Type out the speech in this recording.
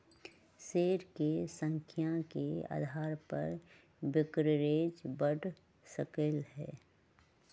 share के संख्या के अधार पर ब्रोकरेज बड़ सकलई ह